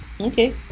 okay